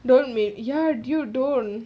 don't may ya you don't